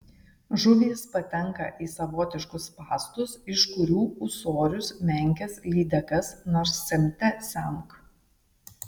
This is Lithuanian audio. žuvys patenka į savotiškus spąstus iš kurių ūsorius menkes lydekas nors semte semk